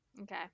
Okay